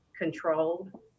controlled